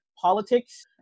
politics